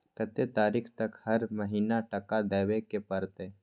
कत्ते तारीख तक हर महीना टका देबै के परतै?